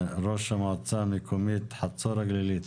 ראש המועצה המקומית חצור הגלילית,